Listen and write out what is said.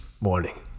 Morning